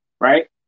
right